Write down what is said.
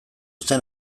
zen